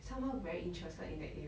somehow very interested in that area